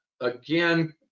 again